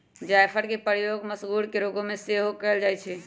जाफरके प्रयोग मसगुर के रोग में सेहो कयल जाइ छइ